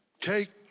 cake